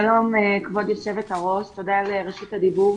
שלום כבוד יו"ר, תודה על רשות הדיבור.